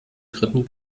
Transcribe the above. dritten